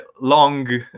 long